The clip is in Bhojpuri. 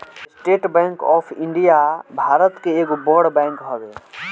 estate Bank of India Bharat के एगो बड़ बैंक हवे